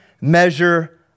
measure